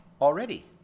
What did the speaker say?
Already